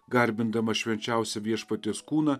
garbindamas švenčiausią viešpaties kūną